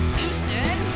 Houston